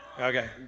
Okay